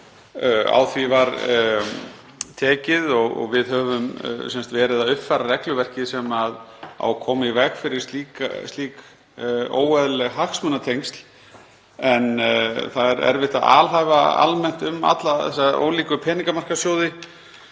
á því var tekið. Við höfum sem sagt verið að uppfæra regluverkið sem á að koma í veg fyrir slík óeðlileg hagsmunatengsl. En það er erfitt að alhæfa almennt um alla þessa ólíku peningamarkaðssjóði